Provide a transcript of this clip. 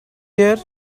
year